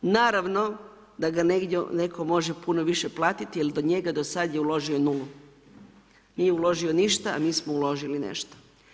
Naravno da ga negdje netko može puno više platiti jer u njega do sada je uložio nulu, nije uložio nešto a mi smo uložili nešto.